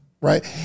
right